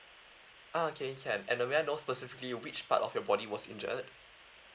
uh can can and uh may I know specifically which part of your body was injured